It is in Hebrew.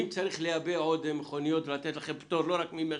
אם צריך לייבא עוד מכוניות ולתת לכם פטור לא רק ממכס,